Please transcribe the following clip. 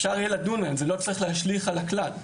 אפשר יהיה לדון עליהם, זה לא צריך להשליך על הכלל.